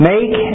Make